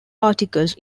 articles